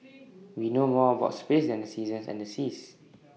we know more about space than the seasons and the seas